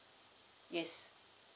yes